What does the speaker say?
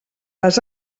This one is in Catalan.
les